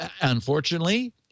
Unfortunately